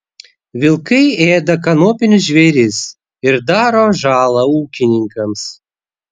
vilkai ėda kanopinius žvėris ir daro žalą ūkininkams